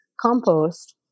compost